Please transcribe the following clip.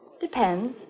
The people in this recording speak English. Depends